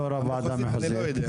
יושב ראש הוועדה המחוזית, אני לא יודע.